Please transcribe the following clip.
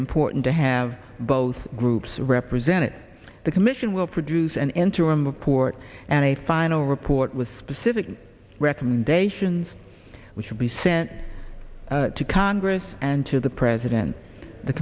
important to have both groups represented the commission will produce an interim report and a final report with specific recommendations which will be sent to congress and to the president the